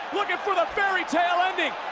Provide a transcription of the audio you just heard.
looking for the fairy tale ending.